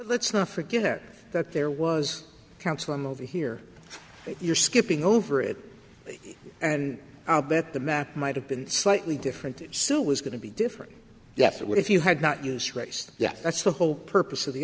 let's not forget that there was counsel i'm over here you're skipping over it and i'll bet the map might have been slightly different to suit was going to be different yes it would if you had not use race yet that's the whole purpose of the